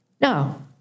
No